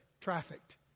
trafficked